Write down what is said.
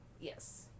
Yes